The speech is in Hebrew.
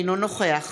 אינו נוכח